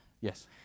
Yes